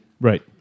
Right